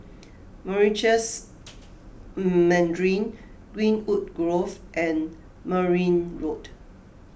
Meritus Mandarin Greenwood Grove and Merryn Road